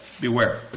Beware